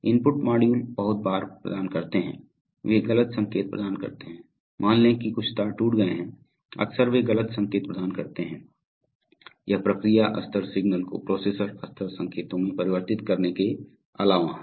input module बहुत बार प्रदान करते हैं वे गलत संकेत प्रदान करते हैं मान लें कि कुछ तार टूट गए हैं अक्सर वे गलत संकेत प्रदान करते हैं यह प्रक्रिया स्तर सिग्नल को प्रोसेसर स्तर संकेतों में परिवर्तित करने के अलावा है